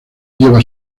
lleva